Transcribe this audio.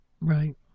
Right